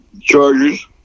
Chargers